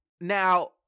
now